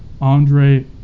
Andre